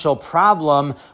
problem